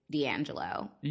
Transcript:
D'Angelo